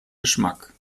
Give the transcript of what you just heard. geschmack